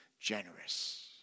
generous